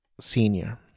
senior